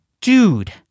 dude